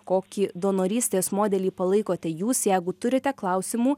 kokį donorystės modelį palaikote jūs jeigu turite klausimų